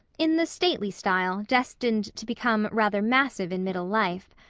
in the stately style destined to become rather massive in middle life.